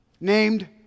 named